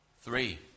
Three